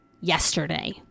yesterday